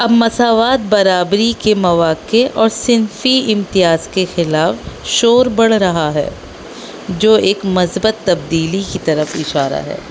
اب مساوات برابری کے مواقع اور صنفی امتیاز کے خلاف شور بڑھ رہا ہے جو ایک مثبت تبدیلی کی طرف اشارہ ہے